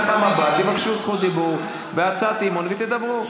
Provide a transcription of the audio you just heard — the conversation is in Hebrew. אולי בפעם הבאה תבקשו זכות דיבור בהצעת אי-אמון ותדברו.